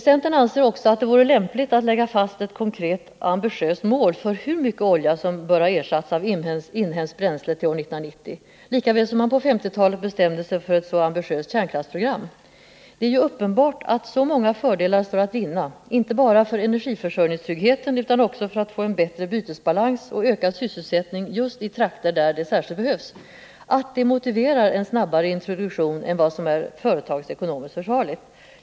Centern anser att det vore lämpligt att fastställa ett konkret, ambitiöst mål för hur mycket olja som bör ha ersatts av inhemskt bränsle till år 1990, lika väl som man på 1950-talet bestämde sig för ett så ambitiöst kärnkraftsprogram. Det är ju uppenbart att så många fördelar står att vinna, inte bara för energiförsörjningstryggheten utan också när det gäller en förbättring av bytesbalansen och en ökning av sysselsättningen i just de trakter där en sådan särskilt behövs, att det motiverar en snabbare introduktion än vad som är företagsekonomiskt försvarligt.